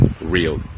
real